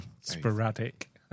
Sporadic